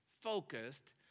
focused